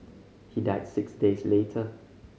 he died six days later